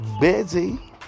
busy